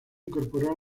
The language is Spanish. incorporó